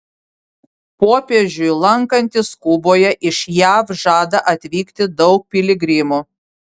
popiežiui lankantis kuboje iš jav žada atvykti daug piligrimų